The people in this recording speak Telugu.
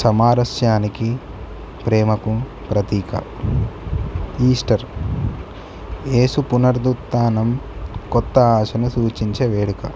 సామరస్యానికి ప్రేమకు ప్రతీక ఈస్టర్ ఏసు పునర్దుతానం కొత్త ఆశను సూచించే వేడుక